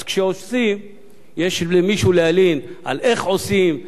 אז כשעושים יש למישהו להלין על איך שעושים,